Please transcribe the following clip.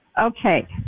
Okay